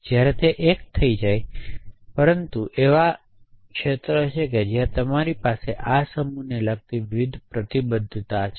જ્યારે તે 1 થઈ જાય છે પરંતુ એવા પણ ક્ષેત્રો છે જ્યાં તમારી પાસે આ સમૂહને લગતી વિવિધ પ્રતિબદ્ધતા છે